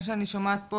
מה שאני שומעת פה,